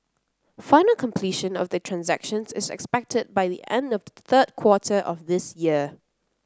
final completion of the transactions is expected by the end of the third quarter of this year